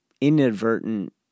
inadvertent